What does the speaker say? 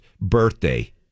birthday